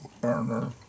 burner